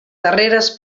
darreres